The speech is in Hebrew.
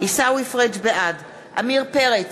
בעד עמיר פרץ,